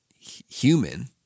human